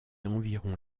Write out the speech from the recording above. environ